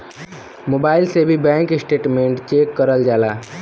mobile से भी bank statement check करल जाला